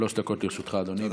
שלוש דקות לרשותך, אדוני, בבקשה.